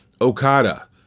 Okada